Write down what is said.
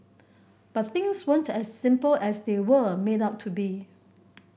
but things weren't as simple as they were made out to be